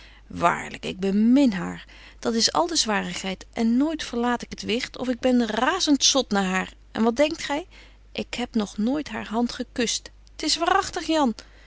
waarlyk ik bemin haar dat is al de zwarigheid en nooit verlaat ik het wicht of ik ben razent zot naar haar en wat denkt gy ik heb nog nooit haar hand gekuscht t is waaragtig jan